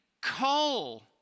coal